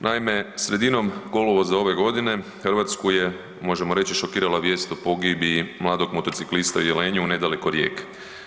Naime, sredinom kolovoza ove godine Hrvatsku je možemo reći šokirala vijest o pogibiji mladog motociklista u Jelenju nedaleko od Rijeke.